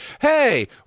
Hey